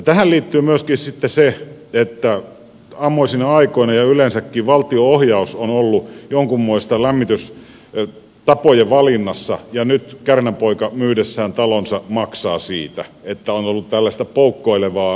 tähän liittyy myöskin sitten se että ammoisina aikoina ja yleensäkin valtion ohjaus on ollut jonkunmoista lämmitystapojen valinnassa ja nyt kärnän poika myydessään talonsa maksaa siitä että on ollut tällaista poukkoilevaa toimintaa